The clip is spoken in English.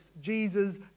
Jesus